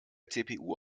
cpu